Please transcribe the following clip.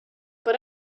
but